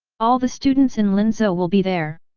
all the students in linzhou will be there?